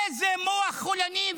איזה מוח חולני.